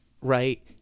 right